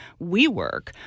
WeWork